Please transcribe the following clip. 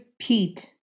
Pete